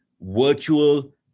virtual